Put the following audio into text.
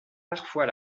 parfois